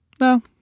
No